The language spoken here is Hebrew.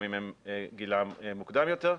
גם אם גילם מוקדם יותר,